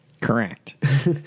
Correct